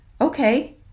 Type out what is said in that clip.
okay